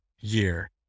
year